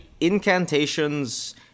incantations